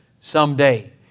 someday